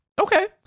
Okay